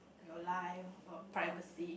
your life or privacy